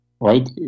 Right